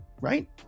right